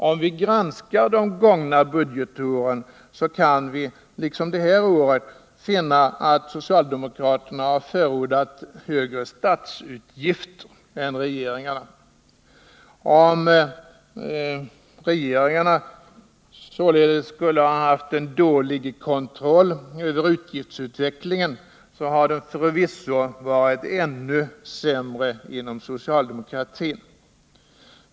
Om vi granskar de gångna budgetåren, kan vi liksom det här året finna att socialdemokraterna har förordat högre statsutgifter än regeringen. Om regeringarna således skulle ha haft en dålig kontroll över utgiftsutvecklingen, har det förvisso varit ännu sämre inom socialdemokratin.